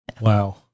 Wow